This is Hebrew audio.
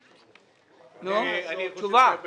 2018. אי אפשר היה להביא את זה ביוני.